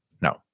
No